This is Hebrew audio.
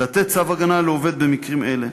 לתת צו הגנה לעובד במקרים אלה.